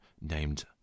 named